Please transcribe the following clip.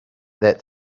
that